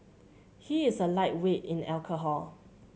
he is a lightweight in alcohol